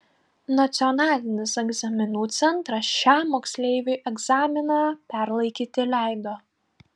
nacionalinis egzaminų centras šiam moksleiviui egzaminą perlaikyti leido